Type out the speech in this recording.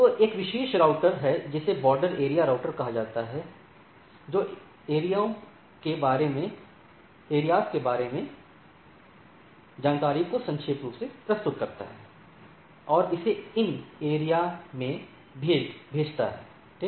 तो एक विशेष राउटर है जिसे बॉर्डर एरिया राउटर कहा जाता है जो एरिया ों के बारे में जानकारी को संक्षेप में प्रस्तुत करता है और इसे अन्य एरिया ों में भेजता है ठीक